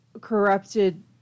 corrupted